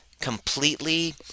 completely